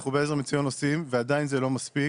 אנחנו בעזר מציון עושים ועדיין זה לא מספיק,